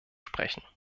sprechen